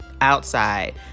outside